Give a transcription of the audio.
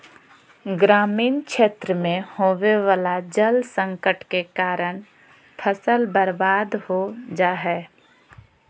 ग्रामीण क्षेत्र मे होवे वला जल संकट के कारण फसल बर्बाद हो जा हय